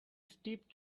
steep